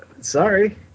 Sorry